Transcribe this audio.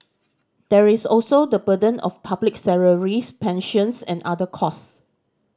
there is also the burden of public salaries pensions and other costs